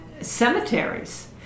cemeteries